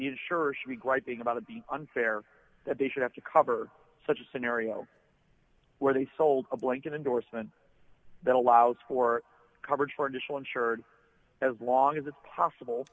the insurer should be griping about it being unfair that they should have to cover such a scenario where they sold a blanket endorsement that allows for coverage for additional insured as long as it's possible